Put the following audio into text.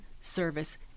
service